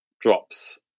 drops